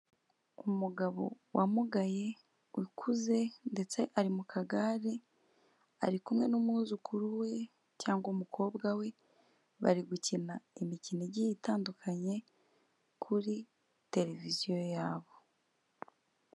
Umugabo wamugaye ukuze ndetse ari mu kagare, ari kumwe n'umwuzukuru we cyangwa umukobwa we, bari gukina imikino igiye itandukanye kuri tereviziyo yabo.